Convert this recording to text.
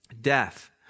death